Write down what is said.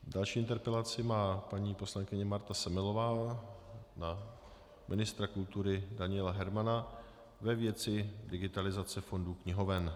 Další interpelaci má paní poslankyně Marta Semelová na ministra kultury Daniela Hermana ve věci digitalizace fondů knihoven.